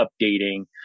updating